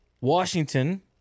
Washington